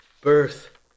birth